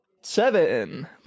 Seven